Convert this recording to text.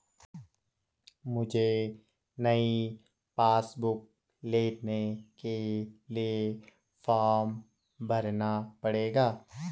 मुझे नयी passbook book लेने के लिए क्या फार्म भरना पड़ेगा?